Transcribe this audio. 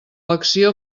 acció